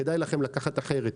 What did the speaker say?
כדאי לכם לקחת אחרת.